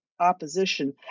opposition